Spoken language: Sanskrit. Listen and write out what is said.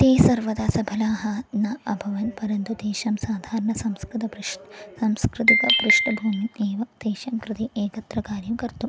ते सर्वदा सफलाः न अभवन् परन्तु तेषां साधारणसंस्कृतं पृष्ठे संस्कृतिक पृष्ठभूमिः एव तेषां कृते एकत्र कार्यं कर्तुम्